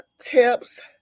tips